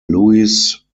louise